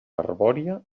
arbòria